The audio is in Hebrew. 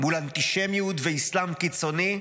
מול אנטישמיות ואסלאם קיצוני,